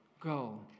go